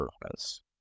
purpose